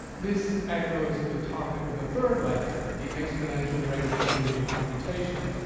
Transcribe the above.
this echoes the topic of the third lecture, the exponential rate of change in computation,